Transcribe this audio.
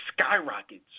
skyrockets